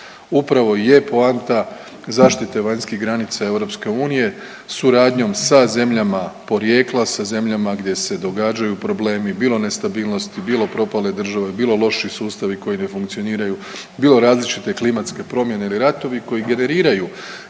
Upravo i je poanta zaštite vanjskih granica EU suradnjom sa zemljama porijekla, sa zemljama gdje se događaju problemi bilo nestabilnosti, bilo propale države, bilo loši sustavi koji ne funkcioniraju, bilo različite klimatske promjene ili ratovi koji generiraju